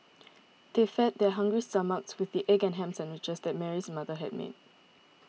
they fed their hungry stomachs with the egg and ham sandwiches that Mary's mother had made